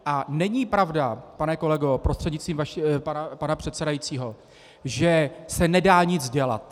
A není pravda, pane kolego prostřednictvím pana předsedajícího, že se nedá nic dělat.